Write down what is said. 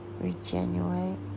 regenerate